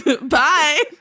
Bye